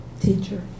teacher